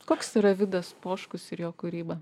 koks yra vidas poškus ir jo kūryba